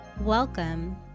Welcome